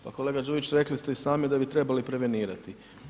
Pa kolega Đujić rekli ste i sami da bi trebali prevenirati.